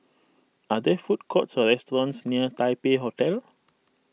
are there food courts or restaurants near Taipei Hotel